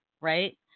right